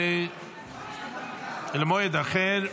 למועד אחר.